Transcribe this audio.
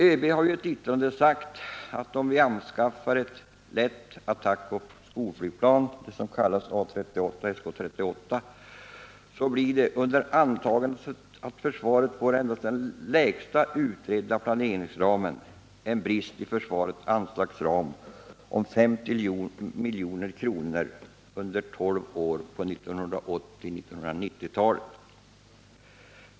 ÖB har ju i ett yttrande anfört att om vi anskaffar det lätta attackoch skolflygplanet SK 38/A 38, blir det, under antagandet att försvaret får endast den lägsta utredda planeringsramen, en brist i försvarets anslagsram på 50 milj.kr. under tolv år på 1980 och 1990-talen.